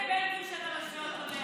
אתה מעליב את בן גביר כשאתה משווה אותו,